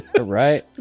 Right